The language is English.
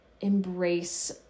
embrace